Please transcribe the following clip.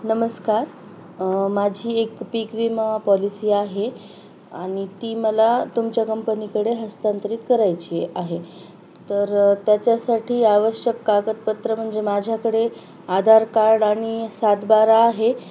नमस्कार माझी एक पीक विमा पॉलिसी आहे आणि ती मला तुमच्या कंपनीकडे हस्तांतरित करायची आहे तर त्याच्यासाठी आवश्यक कागदपत्र म्हणजे माझ्याकडे आधार कार्ड आणि सातबारा आहे